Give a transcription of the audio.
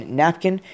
napkin